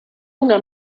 una